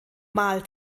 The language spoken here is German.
mal